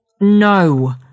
No